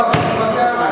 חבר הכנסת בר-און,